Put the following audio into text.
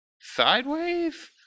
Sideways